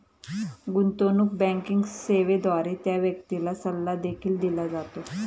गुंतवणूक बँकिंग सेवेद्वारे त्या व्यक्तीला सल्ला देखील दिला जातो